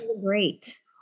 Great